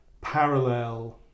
parallel